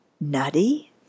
nutty